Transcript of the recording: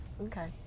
Okay